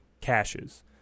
caches